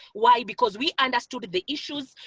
why? because we understood the issues,